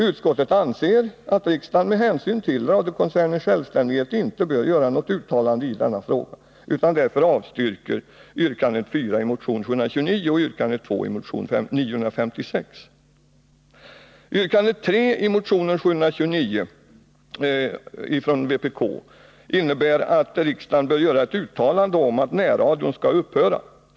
Utskottet anser att riksdagen med hänsyn till radiokoncernens självständighet inte bör göra något uttalande i denna fråga och avstyrker därför yrkande 4 i motion 729 och yrkande 2 i motion 956. Yrkande 3 i motion 729 från vpk innebär att riksdagen bör göra ett uttalande om att närradion skall upphöra.